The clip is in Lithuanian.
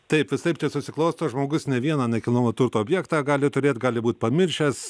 taip visaip čia susiklosto žmogus ne vieną nekilnojamo turto objektą gali turėt gali būti pamiršęs